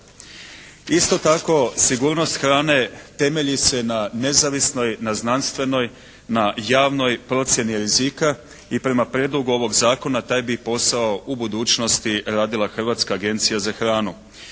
Isto tako, sigurnost hrane temelji se na nezavisnoj, na znanstvenoj, na javnoj procjeni rizika i prema prijedlogu ovog zakona taj bi posao u budućnosti radila Hrvatska agencija za hranu.